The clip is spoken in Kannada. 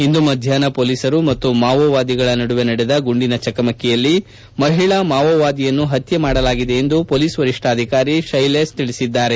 ಇಂದು ಮಧ್ಲಾಹ್ನ ಪೊಲೀಸರು ಮತ್ತು ಮಾವೋವಾದಿಗಳ ನಡುವೆ ನಡೆದ ಗುಂಡಿನ ಚಕಮಕಿಯಲ್ಲಿ ಮಹಿಳಾ ಮಾವೋವಾದಿಯನ್ನು ಪತ್ತೆ ಮಾಡಲಾಗಿದೆ ಎಂದು ಪೊಲೀಸ್ ವರಿಷ್ಣಾಧಿಕಾರಿ ಶ್ಯೆಲೇಶ್ ಬಲ್ಲವಾಡೆ ತಿಳಿಸಿದ್ದಾರೆ